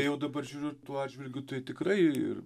jau dabar žiūriu tuo atžvilgiu tai tikrai